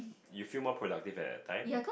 you feel more productive at that time